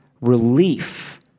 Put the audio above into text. relief